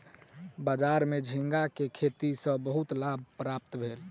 बजार में झींगा के खेती सॅ बहुत लाभ प्राप्त भेल